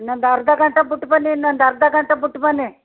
ಇನ್ನೊಂದು ಅರ್ಧ ಗಂಟೆ ಬಿಟ್ ಬನ್ನಿ ಇನ್ನೊಂದು ಅರ್ಧ ಗಂಟೆ ಬಿಟ್ ಬನ್ನಿ